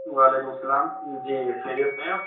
وعلیکم السّلام جی خیریت سے ہیں آپ